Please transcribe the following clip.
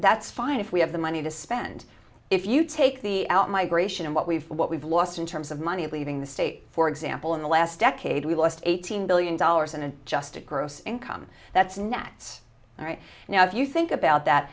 that's fine if we have the money to spend if you take the out migration and what we've what we've lost in terms of money leaving the state for example in the last decade we lost eighteen billion dollars and in just a gross income that's nat's right now if you think about that